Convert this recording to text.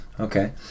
okay